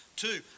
Two